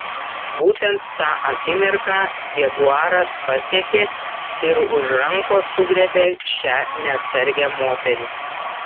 būtent tą akimirką jaguaras pasiekė ir už rankos sugriebė šią neatsargią moterį